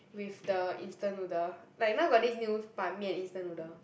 with the instant noodle like now got this new Ban-Mian instant noodle